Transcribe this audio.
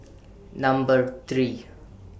Number three